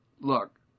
Look